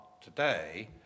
today